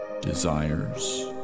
desires